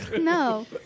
No